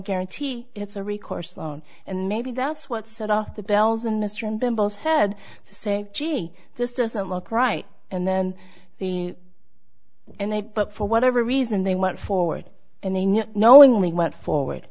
guarantee it's a recourse loan and maybe that's what set off the bells and mr and them both head to say gee this doesn't look right and then the and they but for whatever reason they went forward and then you knowingly went forward